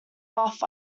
buff